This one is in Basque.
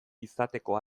izateko